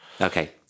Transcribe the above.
Okay